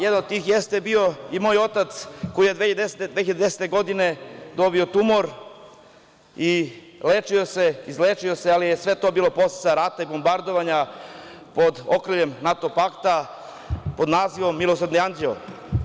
Jedan od tih jeste bio i moj otac koji je 2010. godine dobio tumor i lečio se, izlečio se, ali je sve to bilo posledica rata i bombardovanja pod okriljem NATO pakta, pod nazivom „milosrdni anđeo“